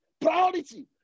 priority